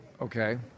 Okay